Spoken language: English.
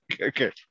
okay